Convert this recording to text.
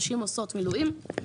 נשים עושות מילואים.